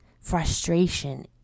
Frustration